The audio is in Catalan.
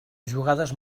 jugades